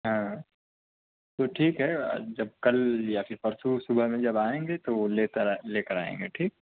ہاں تو ٹھیک ہے جب کل یا پھر پرسوں صبح میں جب آئیں گے تو لے کر لے کر آئیں گے ٹھیک